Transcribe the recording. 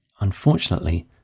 Unfortunately